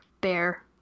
bear